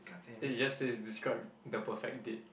it just says describe the perfect date